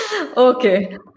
Okay